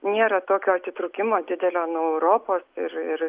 nėra tokio atitrūkimo didelio nuo europos ir ir